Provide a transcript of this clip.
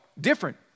Different